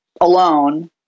alone